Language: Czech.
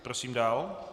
Prosím dál.